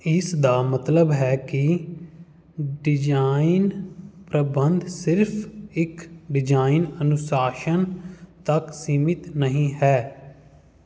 ਇਸ ਦਾ ਮਤਲਬ ਹੈ ਕਿ ਡਿਜ਼ਾਈਨ ਪ੍ਰਬੰਧ ਸਿਰਫ਼ ਇੱਕ ਡਿਜ਼ਾਈਨ ਅਨੁਸ਼ਾਸਨ ਤੱਕ ਸੀਮਿਤ ਨਹੀਂ ਹੈ